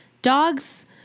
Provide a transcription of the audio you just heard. Dogs